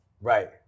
Right